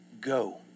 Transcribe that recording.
go